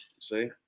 See